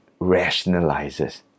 rationalizes